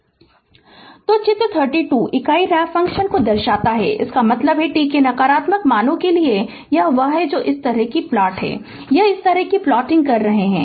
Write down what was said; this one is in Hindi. Refer Slide Time 1307 तो चित्र 32 इकाई रैंप फ़ंक्शन को दर्शाता है इसका मतलब है t के नकारात्मक मानो के लिए यह वह है जो इस तरह की प्लॉट है यह इस तरह की प्लोटिंग कर रहे है